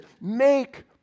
make